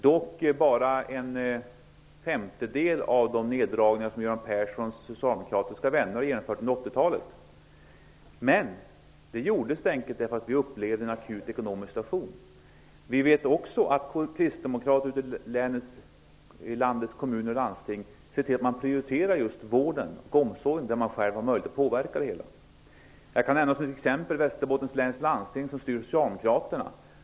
Det är dock bara en femtedel av de neddragningar som Göran Perssons socialdemokratiska vänner genomförde under 80 talet. Men vi gjorde det helt enkelt därför att vi upplevde en akut ekonomisk situation. Vi vet också att kristdemokrater ute i landets kommuner och landsting ser till att man prioriterar just vården och omsorgen där de har möjlighet att påverka. Som ett exempel kan jag nämna Västerbottens läns landsting, som styrs av socialdemokraterna.